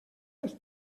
les